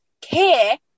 care